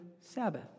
Sabbath